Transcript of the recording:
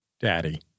daddy